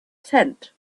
tent